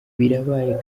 birabaye